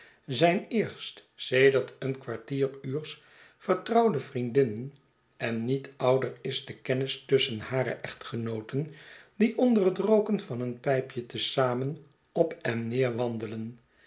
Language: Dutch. zijn eerst sedert een kwartieruurs vertrouwde vriendinnen en niet ouder is de kennis tusschen hare echtgenooten die onder het rooken van een pijpje te zamen op en neer wandelen